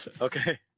Okay